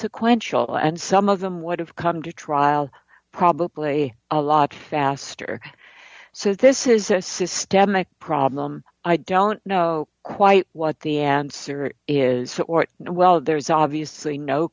sequential and some of them would have come to trial probably a lot faster so this is a systemic problem i don't know quite what the answer is or well there's obviously no